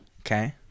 Okay